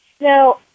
Now